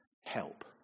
help